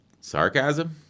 sarcasm